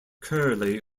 curly